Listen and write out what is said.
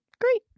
Great